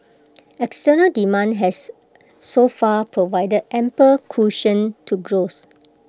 external demand has so far provided ample cushion to growth